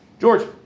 George